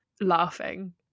laughing